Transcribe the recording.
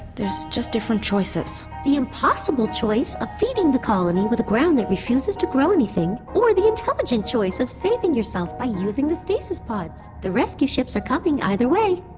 there's just different choices the impossible choice of feeding the colony with a ground that refuses to grow anything, or the intelligent choice of saving yourself by using the stasis pods. the rescue ships are coming either way